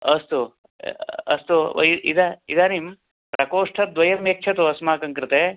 अस्तु अस्तु वै इदा इदानीं प्रकोष्ठद्वयं यच्छतु अस्माकं कृते